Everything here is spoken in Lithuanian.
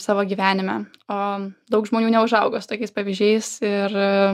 savo gyvenime o daug žmonių neužauga su tokiais pavyzdžiais ir